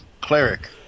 cleric